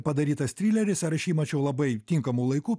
padarytas trileris ar aš jį mačiau labai tinkamu laiku